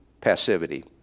passivity